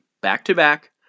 back-to-back